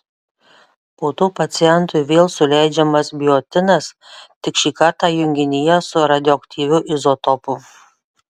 po to pacientui vėl suleidžiamas biotinas tik šį kartą junginyje su radioaktyviu izotopu